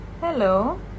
hello